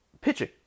pitching